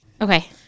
Okay